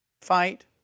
Fight